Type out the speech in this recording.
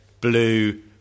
Blue